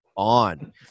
on